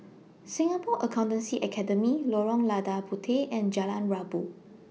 Singapore Accountancy Academy Lorong Lada Puteh and Jalan Rabu